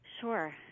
Sure